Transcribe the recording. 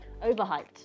Overhyped